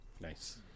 Nice